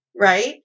right